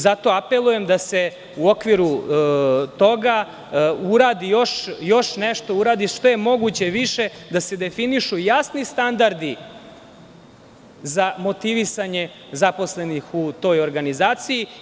Zato apelujem da se na osnovu toga uradi još nešto što je moguće više, da se definišu jasni standardi za motivisanje zaposlenih u toj organizaciji.